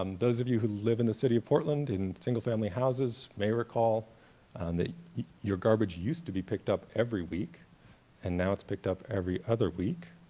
um those of you who live in the city of portland in single family houses may recall and that your garbage used to be picked up every week and now it's picked up every other week,